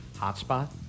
Hotspot